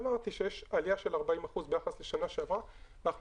שיש עלייה של 40% ביחס לשנה שעברה ואנחנו